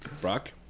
Brock